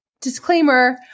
Disclaimer